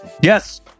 Yes